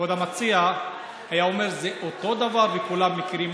כבוד המציע היה אומר: זה אותו דבר וכולם מכירים,